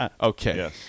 Okay